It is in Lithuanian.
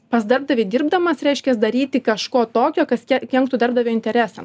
pas darbdavį dirbdamas reiškias daryti kažko tokio kas ke kenktų darbdavio interesam